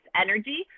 energy